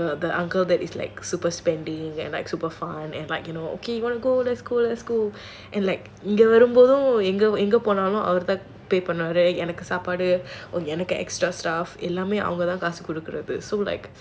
you know like the uncle that is like super spending and like super fun and like you know okay you want to go let's go let's go and like இங்க இருந்து எங்க போனாலும் அவருதான்:inga irunthu enga ponaalum avaruthaan pay பண்ணுவாரு எனக்கு சாப்பாடு எல்லோமே அவரு தான் காசு கொடுக்கிறது:pannuvaaru enakku saapaadu ellaamae avaru thaan kaasu kodukkirathu so like